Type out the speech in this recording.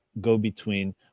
go-between